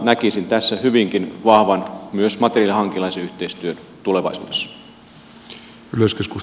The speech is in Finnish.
näkisin tässä hyvinkin vahvan myös materiaalihankinnallisen yhteistyön tulevaisuudessa